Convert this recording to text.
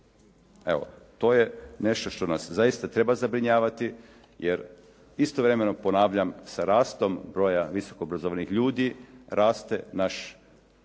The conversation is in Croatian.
Evo, to je nešto što nas zaista treba zabrinjavati. Jer istovremeno ponavljam sa rastom broja visoko obrazovanih ljudi raste naš